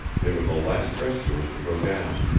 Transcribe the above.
they were the last rescuers to go down,